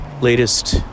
latest